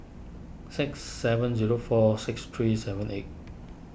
six seven zero four six three seven eight